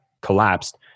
collapsed